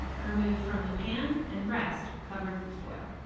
remove from the pan and rest covered with foil.